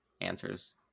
answers